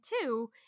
two